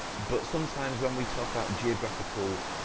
but sometimes when we talk about geographical